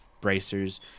bracers